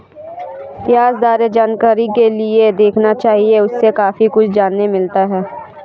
ब्याज दरें जानकारी के लिए देखना चाहिए, उससे काफी कुछ जानने मिलता है